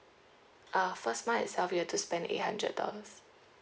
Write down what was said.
ah first month itself you have to spend eight hundred dollars